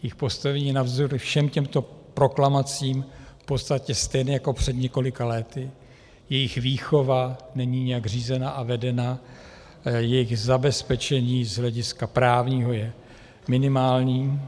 Jejich postavení navzdory všem těmto proklamacím je v podstatě stejné jako před několika lety, jejich výchova není nijak řízena a vedena, jejich zabezpečení z hlediska právního je minimální.